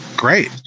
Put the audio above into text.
great